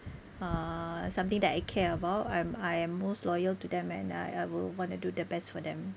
uh something that I care about I'm I am most loyal to them and I I will want to do the best for them